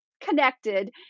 connected